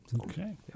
Okay